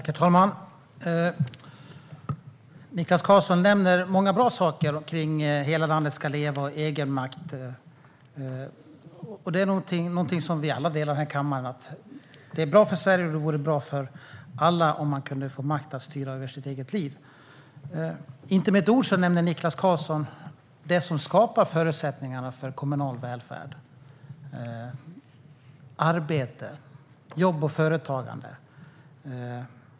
Herr talman! Niklas Karlsson nämner många bra saker om att hela landet ska leva och om egenmakt. Alla här i kammaren delar uppfattningen att det är bra för Sverige och för alla om man kan få makt att styra över sitt eget liv. Inte med ett ord nämner Niklas Karlsson det som skapar förutsättningarna för kommunal välfärd, nämligen arbete och företagande.